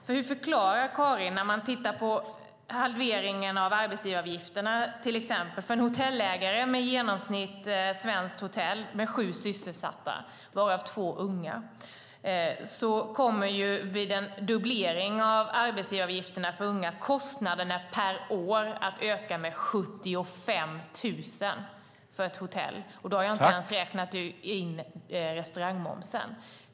Låt oss titta på betydelsen av halveringen av arbetsgivaravgifterna för en genomsnittlig hotellägare med sju sysselsatta, varav två unga. Vid en dubblering av arbetsgivaravgifterna för unga kommer kostnaderna per år att öka med 75 000 för ett hotell, och då har jag inte ens räknat in restaurangmomsen.